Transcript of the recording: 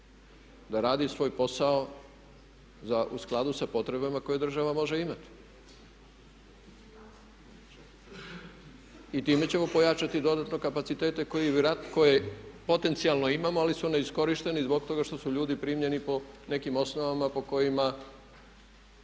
da radi svoj posao u skladu sa potrebama koje država može imati. I time ćemo pojačati dodatno kapacitete koje potencijalno imamo ali su neiskorišteni zbog toga što su ljudi primljeni po nekim osnovama po kojima